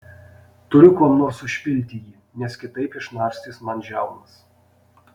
turiu kuom nors užpilti jį nes kitaip išnarstys man žiaunas